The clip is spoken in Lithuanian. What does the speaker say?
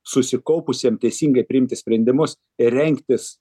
susikaupusiem teisingai priimti sprendimus ir rengtis